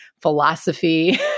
philosophy